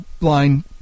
line